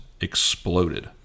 exploded